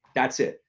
that's it.